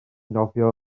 nofio